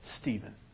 Stephen